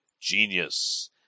GENIUS